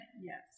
yes